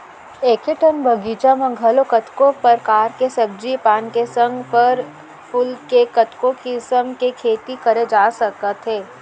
एके ठन बगीचा म घलौ कतको परकार के सब्जी पान के संग फर फूल के कतको किसम के खेती करे जा सकत हे